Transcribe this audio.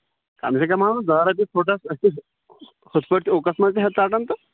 کَم سے کَم حظ دَہ رۄپیہِ فُٹَس أسۍ چھِ ہُتہٕ پٲٹھۍ منٛز تہِ ژَٹان تہٕ